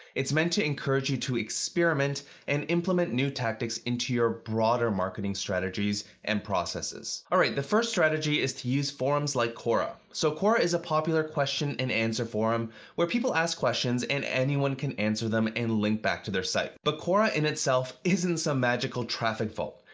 it's meant to encourage you to experiment and implement new tactics into your broader marketing strategies and processes. alright, the first strategy is to use forums like quora. so, quora is a popular question and answer forum where people ask questions, and anyone can answer them and link back to their site. but quora in itself isn't some magical traffic vault.